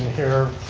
here